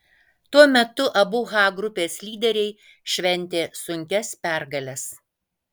tuo metu abu h grupės lyderiai šventė sunkias pergales